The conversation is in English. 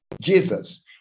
Jesus